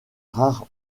rares